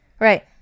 right